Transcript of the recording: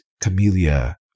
Camellia